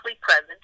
present